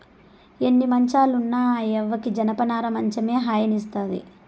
ఎన్ని మంచాలు ఉన్న ఆ యవ్వకి జనపనార మంచమే హాయినిస్తాది